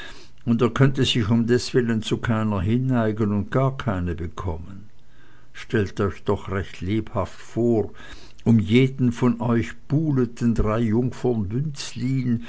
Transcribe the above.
und er könnte sich um deswillen zu keiner hinneigen und gar keine bekommen stellt euch doch recht lebhaft vor um jeden von euch buhleten drei jungfern